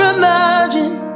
imagine